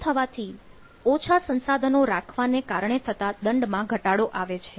આમ થવાથી ઓછા સંસાધનો રાખવાને કારણે થતા દંડ માં ઘટાડો આવે છે